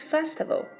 Festival